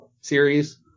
series